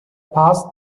passed